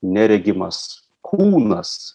neregimas kūnas